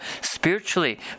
spiritually